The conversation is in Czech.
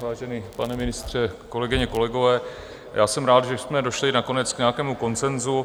Vážený pane ministře, kolegyně, kolegové, já jsem rád, že jsme došli nakonec k nějakému konsenzu.